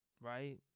right